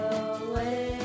away